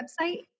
website